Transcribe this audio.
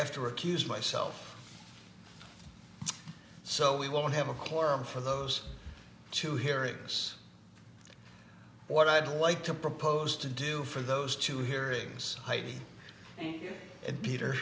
recuse myself so we won't have a quorum for those two hearings what i'd like to propose to do for those two hearings heidi and peter